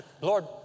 Lord